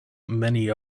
many